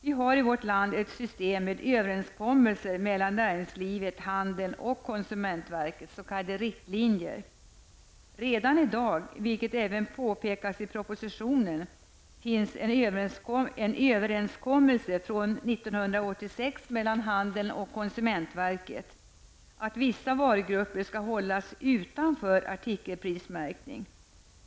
Vi har i vårt land ett system med överenskommelser mellan näringslivet, handeln och konsumentverket, s.k. riktlinjer. Redan i dag, vilket även påpekas i propositionen, gäller en överenskommelse från 1986 mellan handeln och konsumentverket om att vissa varugrupper skall hållas utanför artikelprismärkning.